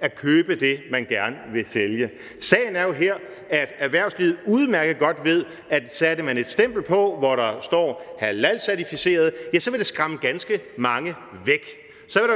at købe det, man gerne vil sælge, men sagen er jo her, at erhvervslivet udmærket godt ved, at satte man et stempel på, hvorpå der stod »halalcertificeret«, så ville det skræmme ganske mange væk. Så kan